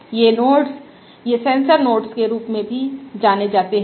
ये नोड्स ये sensor nodes के रूप में भी जाने जाते है